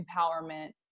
empowerment